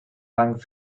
lang